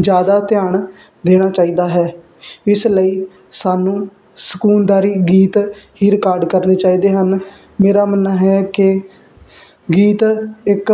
ਜਿਆਦਾ ਧਿਆਨ ਦੇਣਾ ਚਾਹੀਦਾ ਹੈ ਇਸ ਲਈ ਸਾਨੂੰ ਸਕੂਨਦਾਰੀ ਗੀਤ ਹੀ ਰਿਕਾਰਡ ਕਰਨੇ ਚਾਹੀਦੇ ਹਨ ਮੇਰਾ ਮੰਨਣਾ ਹੈ ਕਿ ਗੀਤ ਇੱਕ